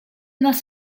nas